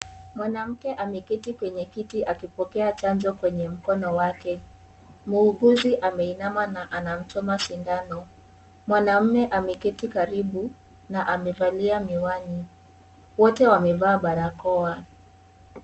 Mwanamke ameketi kwenye kiti akipokea chanjo kwenye mkono wake. Muuguzi ameinama na anamchoma sindano. Mwanamume ameketi karibu na amevalia miwani. Wote wamevaa barakoa.